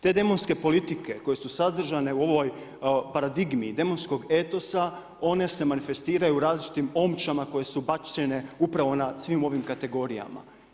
Te demonske politike koje su sadržane u ovoj paradigmi demonskog etosa, one se manifestiraju različitim omčama koje su bačene upravo nad svim ovim kategorijama.